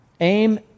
aim